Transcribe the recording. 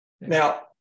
Now